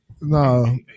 no